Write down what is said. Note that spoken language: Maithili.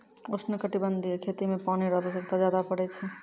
उष्णकटिबंधीय खेती मे पानी रो आवश्यकता ज्यादा पड़ै छै